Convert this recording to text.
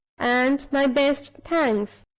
and my best thanks.